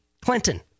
Clinton